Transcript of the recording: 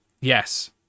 yes